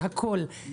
בהכול,